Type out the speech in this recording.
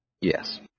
Yes